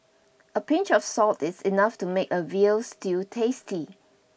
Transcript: a pinch of salt is enough to make a veal stew tasty